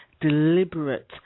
deliberate